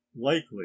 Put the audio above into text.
likely